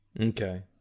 Okay